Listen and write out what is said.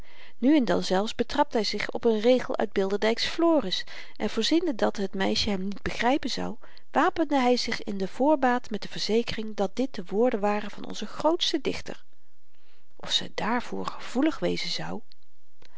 nu en dan zelfs betrapte hy zich op n regel uit bilderdyks floris en voorziende dat het meisje hem niet begrypen zou wapende hy zich in de voorbaat met de verzekering dat dit de woorden waren van onzen grootsten dichter of ze dààrvoor gevoelig wezen zou